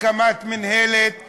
אם בהקמת מינהלת,